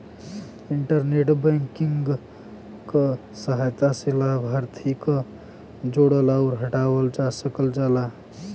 internet banking क सहायता से लाभार्थी क जोड़ल आउर हटावल जा सकल जाला